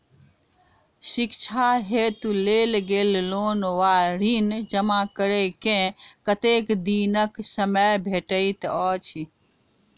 शिक्षा हेतु लेल गेल लोन वा ऋण जमा करै केँ कतेक दिनक समय भेटैत अछि?